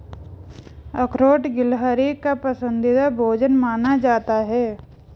अखरोट गिलहरी का पसंदीदा भोजन माना जाता है